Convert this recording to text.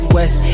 West